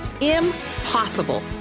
Impossible